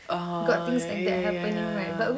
oh ya ya ya ya ya